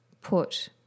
put